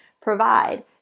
provide